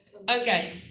okay